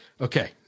Okay